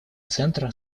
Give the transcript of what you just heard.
центра